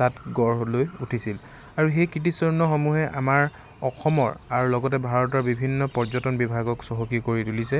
তাত গঢ় লৈ উঠিছিল আৰু সেই কীৰ্তিচিহ্নসমূহে আমাৰ অসমৰ আৰু লগতে ভাৰতৰ বিভিন্ন পৰ্যটন বিভাগক চহকী কৰি তুলিছে